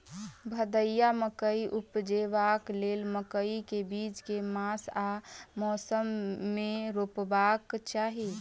भदैया मकई उपजेबाक लेल मकई केँ बीज केँ मास आ मौसम मे रोपबाक चाहि?